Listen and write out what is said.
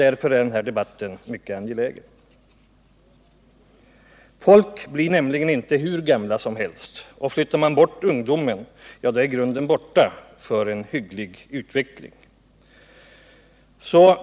Därför är den regionalpolitiska debatten mycket angelägen. Folk blir nämligen inte hur gamla som helst. Flyttar man bort ungdomen, är grunden borta för en hygglig utveckling.